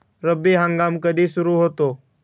रब्बी हंगाम कधी सुरू होतो?